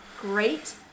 Great